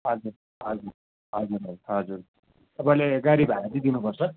हजुर हजुर हजुर हजुर तपाईँले गाडी भाडा चाहिँ दिनुपर्छ